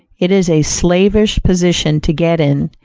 it is a slavish position to get in,